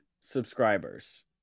subscribers